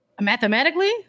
Mathematically